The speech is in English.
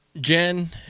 Jen